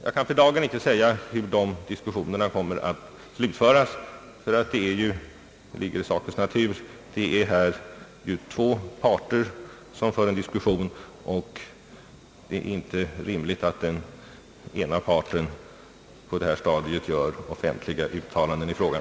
Jag kan för dagen inte säga hur de diskussionerna kommer att utfalla — eftersom två parter förhandlar, ligger det i sakens natur att den ena parten inte på detta stadium bör göra offentliga uttalanden i frågan.